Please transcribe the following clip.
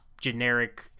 generic